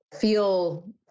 feel